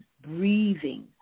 breathing